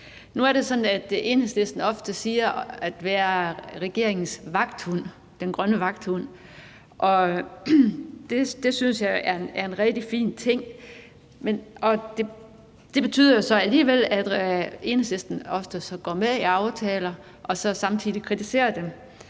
Nu er det sådan, at Enhedslisten ofte siges at være regeringens grønne vagthund, og det synes jeg er en rigtig fin ting. Men det betyder så, at Enhedslisten ofte går med i aftaler og samtidig kritiserer dem.